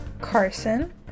Carson